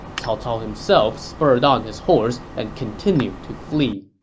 cao cao himself spurred on his horse and continued to flee